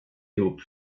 ihop